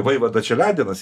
vaivada čeledinas